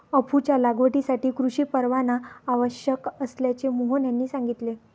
अफूच्या लागवडीसाठी कृषी परवाना आवश्यक असल्याचे मोहन यांनी सांगितले